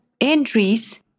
entries